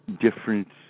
different